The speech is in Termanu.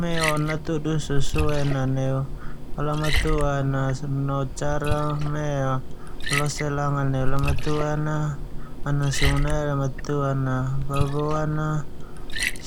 Meo natudu susuen a neu lamatuan a no cara meo lose langan aneu lamatuan a, ana sungu nai lamatuan a baboan na